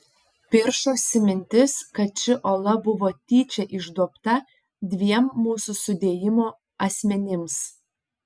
piršosi mintis kad ši ola buvo tyčia išduobta dviem mūsų sudėjimo asmenims